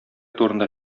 турында